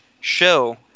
show